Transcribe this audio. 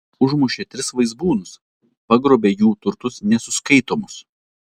užmušė tris vaizbūnus pagrobė jų turtus nesuskaitomus